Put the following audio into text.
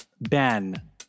ben